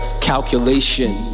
calculation